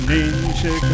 Ninja